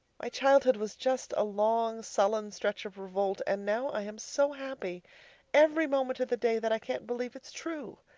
my childhood was just a long, sullen stretch of revolt, and now i am so happy every moment of the day that i can't believe it's true.